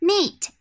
Meat